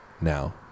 now